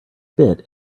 bit